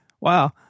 Wow